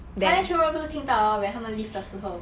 !huh! then 全部人不是听到 lor when 他们 leave 的时候